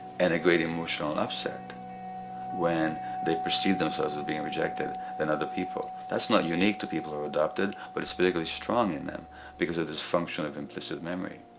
and a great emotional upset when they perceive themselves as being rejected by and other people. that's not unique to people who are adopted but it is particularly strong in them because of this function of implicit memory.